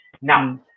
Now